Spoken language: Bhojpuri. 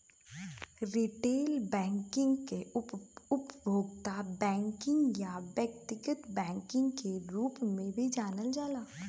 रिटेल बैंकिंग के उपभोक्ता बैंकिंग या व्यक्तिगत बैंकिंग के रूप में भी जानल जाला